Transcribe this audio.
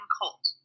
cult